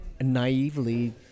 naively